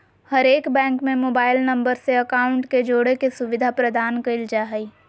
हरेक बैंक में mobile number से अकाउंट के जोड़े के सुविधा प्रदान कईल जा हइ